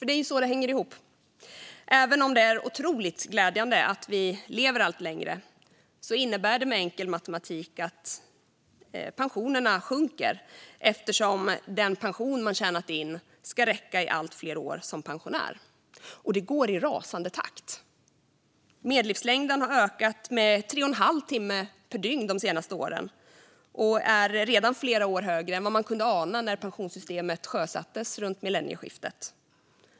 Det är ju så det hänger ihop: Även om det är otroligt glädjande att vi lever allt längre innebär det med enkel matematik att pensionerna sjunker, eftersom den pension man tjänat in under arbetslivet ska räcka i allt fler år som år som pensionär. Det går i rasande takt. Medellivslängden har ökat med 3 1⁄2 timme per dygn de senaste åren och är redan flera år högre än vad man kunde ana när pensionssystemet sjösattes runt millennieskiftet.